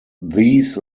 these